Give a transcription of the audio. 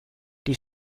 die